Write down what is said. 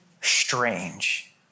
Strange